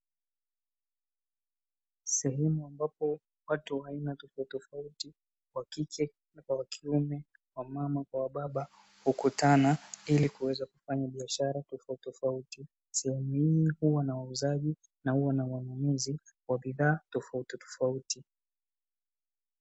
Sehemu ambapo watu wa aina tofautitofauti wa kike kwa wa kiume, wamama kwa wababa, hukutana ili kuweza kufanya biashara tofautitofauti. Sehemu hii huwa na wauzaji na huwa na wanunuzi wa bidhaa tofautitofauti.